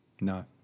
No